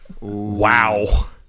Wow